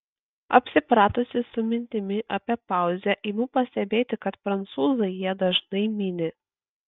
apsipratusi su mintimi apie pauzę imu pastebėti kad prancūzai ją dažnai mini